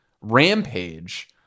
rampage